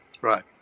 Right